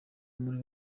muri